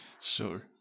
Sure